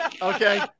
Okay